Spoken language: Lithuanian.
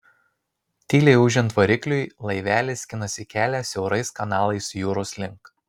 tyliai ūžiant varikliui laivelis skinasi kelią siaurais kanalais jūros link